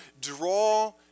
draw